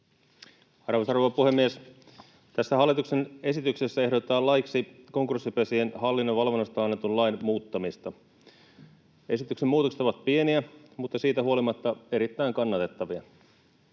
rouva puhemies! Tässä hallituksen esityksessä ehdotetaan laiksi konkurssipesien hallinnon valvonnasta annetun lain muuttamista. Esityksen muutokset ovat pieniä mutta siitä huolimatta erittäin kannatettavia.